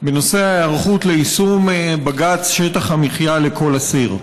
בנושא ההיערכות ליישום בג"ץ שטח המחיה לכל אסיר.